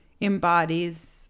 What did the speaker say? embodies